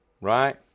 right